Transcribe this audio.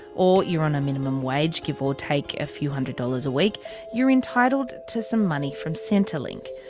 or you're on minimum wage, give or take a few hundred dollars a week you're entitled to some money from centrelink.